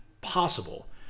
possible